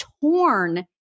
torn